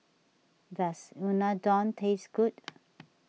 does Unadon taste good